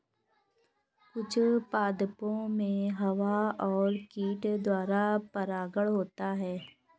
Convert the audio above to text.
कुछ पादपो मे हवा और कीट द्वारा परागण होता है